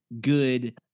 good